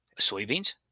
Soybeans